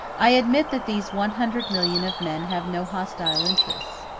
i i admit that these one hundred million of men have no hostile interests.